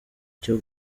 cyo